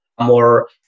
more